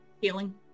Healing